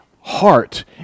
heart